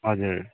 हजुर